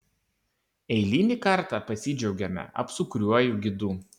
eilinį kartą pasidžiaugiame apsukriuoju gidu